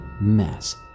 mess